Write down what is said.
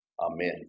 Amen